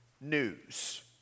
news